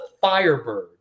Firebird